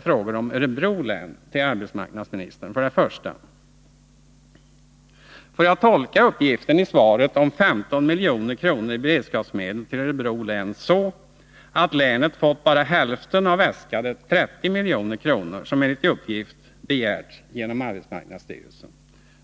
För det första: Får jag tolka uppgiften i svaret om 15 milj.kr. i beredskapsmedel till Örebro län så, att länet har fått bara hälften av de 30 milj.kr. som enligt uppgift begärts genom AMS?